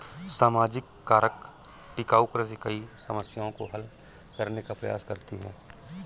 सामाजिक कारक टिकाऊ कृषि कई समस्याओं को हल करने का प्रयास करती है